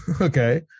okay